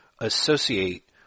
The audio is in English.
associate